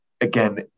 again